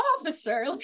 officer